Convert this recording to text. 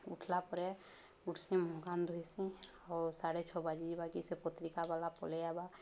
ଉଠ୍ଲା ପରେ ଉଠ୍ସି ମୁହଁ କାନ୍ ଧୋଇସି ଆଉ ସାଢ଼େ ଛଅ ବାଜି ଯିବା କି ସେ ପତ୍ରିକା ବାଲା ପଲେଇଆବା